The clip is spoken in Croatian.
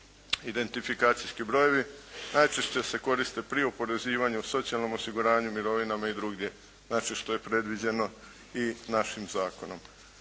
Identifikacijski brojevi najčešće se koriste pri oporezivanju, socijalnom osiguranju, mirovinama i drugdje. Znači, što je predviđeno i našim zakonom.